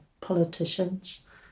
politicians